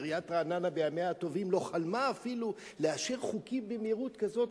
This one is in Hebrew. עיריית רעננה בימיה הטובים לא חלמה אפילו לאשר חוקים במהירות כזאת,